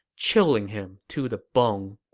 chilling him to the bone.